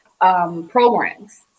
programs